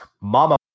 Mama